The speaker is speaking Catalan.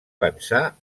pensar